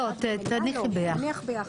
לא, תניחי ביחד.